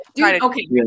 Okay